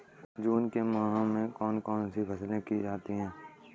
जून के माह में कौन कौन सी फसलें की जाती हैं?